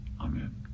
Amen